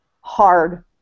hard